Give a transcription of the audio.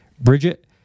Bridget